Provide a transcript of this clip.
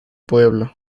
pueblo